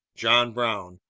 john brown,